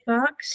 Box